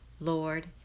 Lord